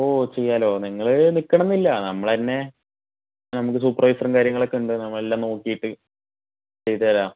ഓ ചെയ്യാലോ നിങ്ങള് നിൽക്കണമെന്നില്ല നമ്മള് തന്നെ നമുക്ക് സൂപ്പർവൈസറും കാര്യങ്ങളൊക്കെ ഉണ്ട് നമ്മൾ എല്ലാം നോക്കീട്ട് ചെയ്തു തരാം